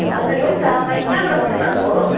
हजुर हो त बहिनी कहाँबाट बोल्नुभएको